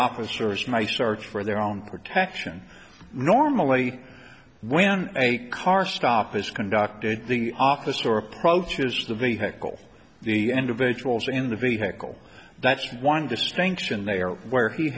officers in my search for their own protection normally when a car stop is conducted the office or approaches the vehicle the individuals in the vehicle that's one distinction there where he